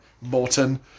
Morton